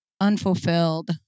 unfulfilled